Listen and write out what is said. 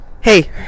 Hey